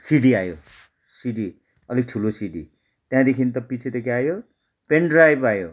CD आयो CD अलिक ठुलो सिडी त्यहाँदेखि त पछि त के आयो पेनड्राइभ आयो